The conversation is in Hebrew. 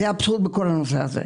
זה האבסורד בכל הנושא הזה.